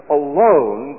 alone